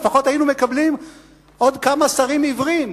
לפחות היינו מקבלים עוד כמה שרים עיוורים.